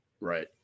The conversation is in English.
right